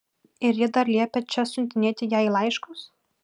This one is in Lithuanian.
ir ji dar liepia čia siuntinėti jai laiškus